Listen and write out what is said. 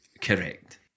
Correct